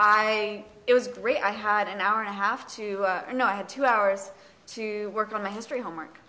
i it was great i had an hour and a half to know i had two hours to work on my history homework